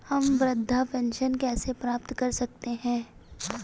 हम वृद्धावस्था पेंशन कैसे प्राप्त कर सकते हैं?